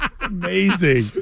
Amazing